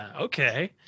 okay